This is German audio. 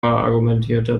argumentierte